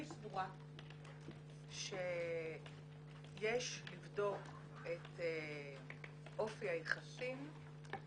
אני סבורה שיש לבדוק את אופי היחסים,